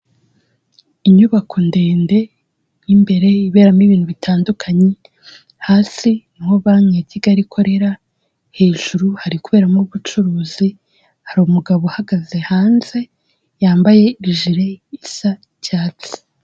Inyubako ndende imbere iberamo ibintu bitandukanye, hasi niho banki ya Kigali ikorera, hejuru hari kuberamo ubucuruzi, hari umugabo uhagaze hanze yambaye ijire isa icyatsi.